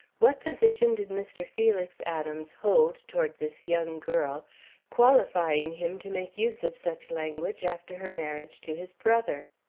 what position did mr. felix adams hold toward this young girl qualifying him to make use of such language after her marriage to his brother?